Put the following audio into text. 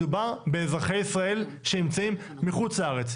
מדובר באזרחי ישראל שנמצאים מחוץ לארץ,